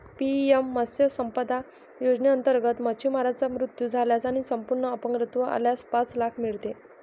PM मत्स्य संपदा योजनेअंतर्गत, मच्छीमाराचा मृत्यू झाल्यास आणि संपूर्ण अपंगत्व आल्यास पाच लाख मिळते